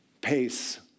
pace